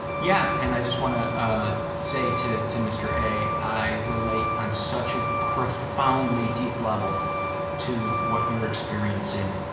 yeah, and i just want to ah say to to mr. a, i relate on such a profoundly deep level to what you're experiencing.